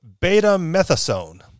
beta-methasone